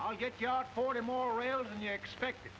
i'll get your order more real than you're expected